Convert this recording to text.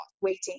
waiting